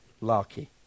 larky